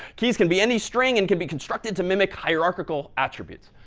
keys can be any string, and can be constructed to mimic hierarchical attributes.